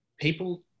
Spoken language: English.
People